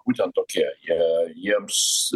būtent tokie jie jiems